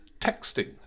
texting